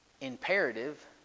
imperative